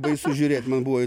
baisu žiūrėt man buvo